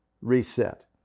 reset